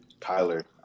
Tyler